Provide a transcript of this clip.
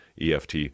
EFT